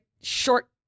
short